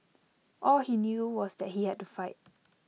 all he knew was that he had to fight